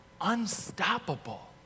unstoppable